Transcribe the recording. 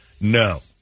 no